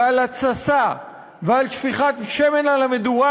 ועל התססה ועל שפיכת שמן על המדורה,